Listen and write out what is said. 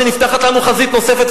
כשנפתחת לנו חזית נוספת,